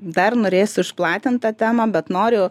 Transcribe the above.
dar norėsiu išplatint tą temą bet noriu